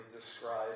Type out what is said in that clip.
describe